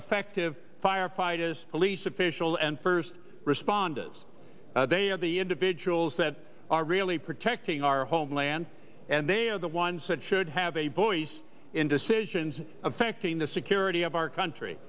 affective firefighters police officials and first responders they are the individuals that are really protecting our homeland and they are the ones that should have a voice in decisions affecting the security of our country